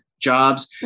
jobs